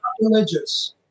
religious